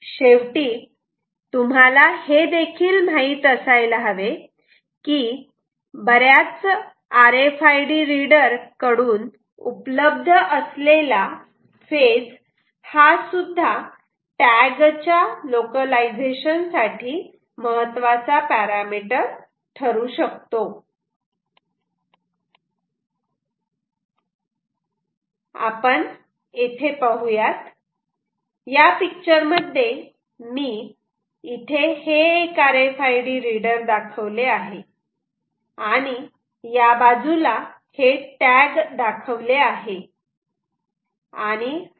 शेवटी तुम्हाला हे देखील माहीत असायला हवे की बऱ्याच आर फ आयडी रीडर कडून उपलब्ध असलेला फेज हा सुद्धा टॅग च्या लोकलायझेशन साठी महत्त्वाचा पॅरामिटर ठरू शकतो आपण येथे पाहुयात या पिक्चर मध्ये मी इथे हे R F I D reader दाखवले आहे आणि या बाजूला हे टॅग दाखवले आहे